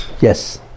yes